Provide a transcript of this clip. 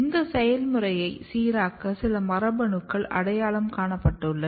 இந்த செயல்முறையை சீராக்க சில மரபணுக்கள் அடையாளம் காணப்பட்டுள்ளன